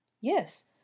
Yes